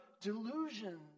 delusions